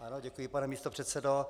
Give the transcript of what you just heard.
Ano, děkuji, pane místopředsedo.